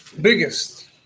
biggest